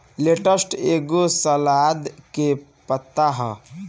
lettuce एगो सलाद के पतइ ह